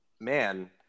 man